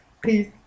Peace